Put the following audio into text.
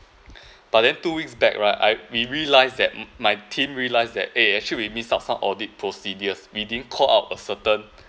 but then two weeks back right I we realise that mm my team realised that eh actually we missed our audit procedures we didn't call out a certain